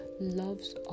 loves